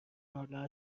ناله